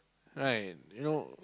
right you know